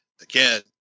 again